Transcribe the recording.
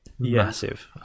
massive